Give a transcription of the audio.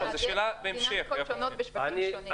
יש דינמיקות שונות בשווקים שונים.